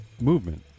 movement